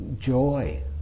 Joy